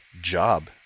job